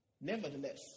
Nevertheless